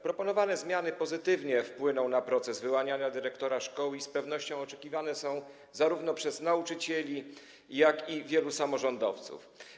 Proponowane zmiany pozytywnie wpłyną na proces wyłaniania dyrektora szkoły i z pewnością oczekiwane są zarówno przez nauczycieli, jak i wielu samorządowców.